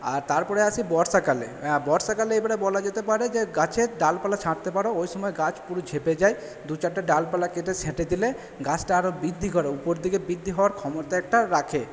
আর তারপরে আসি বর্ষাকালে বর্ষাকালে এবারে বলা যেতে পারে যে গাছের ডালপালা ছাঁটতে পারো ওইসময় গাছ পুরো ঝেঁপে যায় দুচারটে ডালপালা কেটে ছেঁটে দিলে গাছটা আরও বৃদ্ধি করে উপরদিকে বৃদ্ধি হওয়ার ক্ষমতাটা রাখে